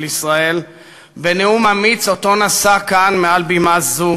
ישראל בנאום אמיץ שנשא כאן מעל בימה זו